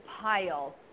pile